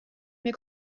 mir